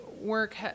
work